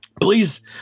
Please